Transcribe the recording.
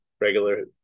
regular